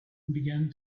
began